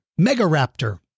Megaraptor